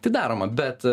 tai daroma bet